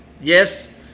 yes